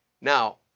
Now